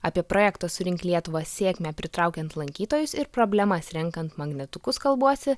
apie projekto surink lietuvą sėkmę pritraukiant lankytojus ir problemas renkant magnetukus kalbuosi